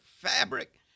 fabric